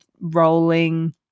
rolling